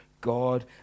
God